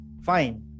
Fine